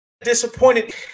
disappointed